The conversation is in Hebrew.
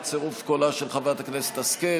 בצירוף קולה של חברת הכנסת השכל,